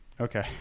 okay